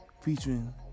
featuring